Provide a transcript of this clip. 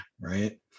right